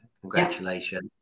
Congratulations